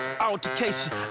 altercation